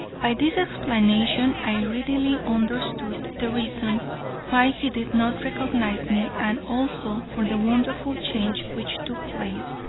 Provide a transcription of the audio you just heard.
by this explanation i readily understood the reason why he did not recognize me and also for the wonderful change which took place,